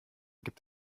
gibt